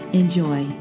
enjoy